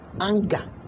anger